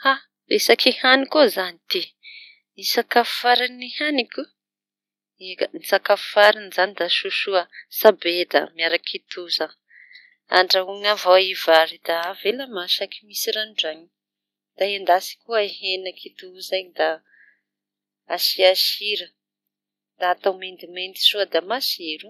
Resaky hani koa izañy ty. Sakafo farany nihaniko eka. Sakafo farany izañy da sosoa sabeda miaraky kitoza. Andrahoana avao i vary da avela masaky misy ranondranony da endasy koa hena kitoza iñy da asia sira; da atao mendy mendy soa da matsiro.